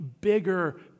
bigger